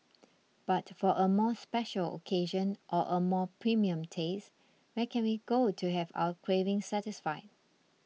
but for a more special occasion or a more premium taste where can we go to have our craving satisfied